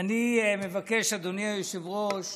אני מבקש, אדוני היושב-ראש,